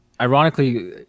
ironically